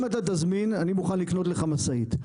אם תזמין, אני מוכן לקנות ממך משאית.